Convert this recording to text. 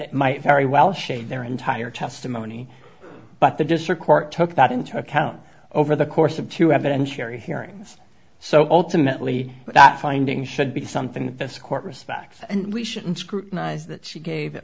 it might very well shape their entire testimony but the district court took that into account over the course of two have been cherry hearings so ultimately that finding should be something that this court respects and we shouldn't scrutinize that she gave